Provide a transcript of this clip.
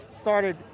started